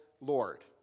Lord